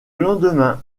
lendemain